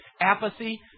apathy